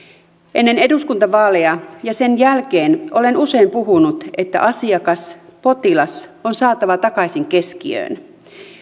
ennen eduskuntavaaleja ja sen jälkeen olen usein puhunut että asiakas potilas on saatava takaisin keskiöön